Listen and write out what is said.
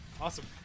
Awesome